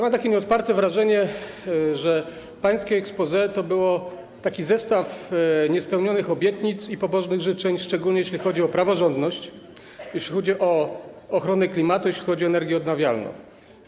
Mam takie nieodparte wrażenie, że pańskie exposé to był zestaw niespełnionych obietnic i pobożnych życzeń, szczególnie jeśli chodzi o praworządność, jeśli chodzi o ochronę klimatu, jeśli chodzi o energię odnawialną.